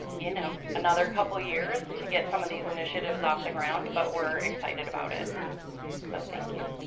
you know another couple years to get some of these initiatives off the ground but we're excited about it so thank you